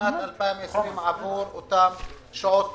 בשנת 2020 עבור אותן שעות טיפוח,